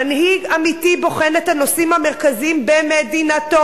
מנהיג אמיתי בוחן את הנושאים המרכזיים במדינתו,